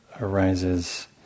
arises